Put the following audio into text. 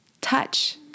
touch